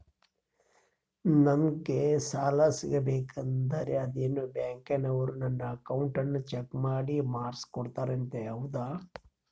ನಂಗೆ ಸಾಲ ಸಿಗಬೇಕಂದರ ಅದೇನೋ ಬ್ಯಾಂಕನವರು ನನ್ನ ಅಕೌಂಟನ್ನ ಚೆಕ್ ಮಾಡಿ ಮಾರ್ಕ್ಸ್ ಕೊಡ್ತಾರಂತೆ ಹೌದಾ?